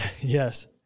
Yes